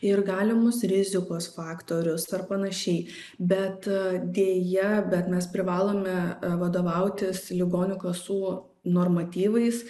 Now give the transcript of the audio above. ir galimus rizikos faktorius ar panašiai bet deja bet mes privalome vadovautis ligonių kasų normatyvais